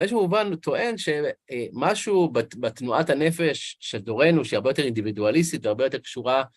באיזשהו מובן טוען, שמשהו בתנועת הנפש של דורנו, שהיא הרבה יותר אינדיבידואליסטית והרבה יותר קשורה,